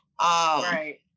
right